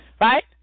right